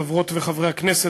חברות וחברי הכנסת,